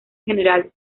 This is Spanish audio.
generales